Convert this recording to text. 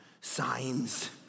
signs